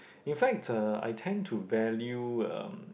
in fact I tend to value